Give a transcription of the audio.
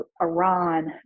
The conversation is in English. Iran